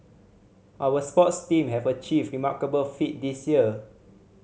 our sports team have achieved remarkable feat this year